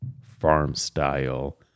farm-style